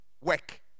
Work